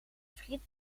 friet